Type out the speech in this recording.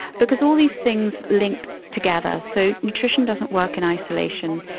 because all these things link together. so nutrition doesn't work in isolation.